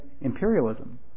imperialism